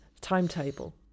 timetable